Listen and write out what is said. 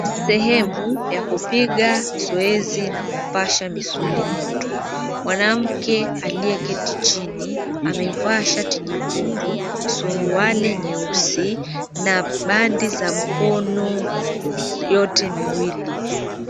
Sehemu ya kupiga zoezi na kupasha misuli moto. Mwanamke aliyeketi chini amevaa shati jekundu, suruali nyeusi na bandi za mkono yote miwili.